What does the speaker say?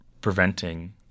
preventing